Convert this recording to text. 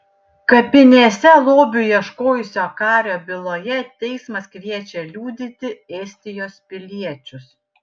kapinėse lobių ieškojusio kario byloje teismas kviečia liudyti estijos piliečius